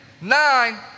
Nine